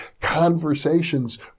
conversations